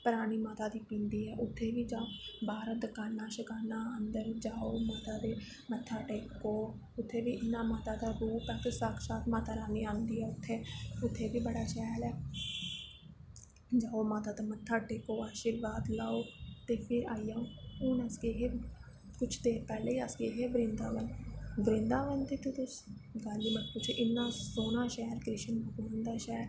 परानी माता दी पिंडी ऐ उत्थें बी जाओ बाह्र दकानां शकानां अन्दर जाओ माता दे मत्था टेको उत्थें बी इयांं माता दा रूप ऐ साक्षात माता रानी आंदी ऐ उत्थें उत्थें बी शैल ऐ जाओ माता दे मत्था टेको आशीर्वाद लैएओ ते फिर आई जाओ हून अस गे हे कुछ देर पैह्लें अस गे हे वृंदावन वृंदावन दी ते तुस गल्ल गै मत पुच्छो इन्ना सोह्ना शैह्र कृष्ण भगवान दा शैह्र